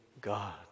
God